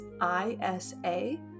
I-S-A